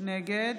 נגד